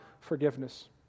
forgiveness